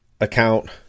account